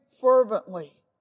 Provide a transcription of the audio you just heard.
fervently